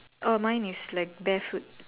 oh mine is like barefoot